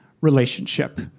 relationship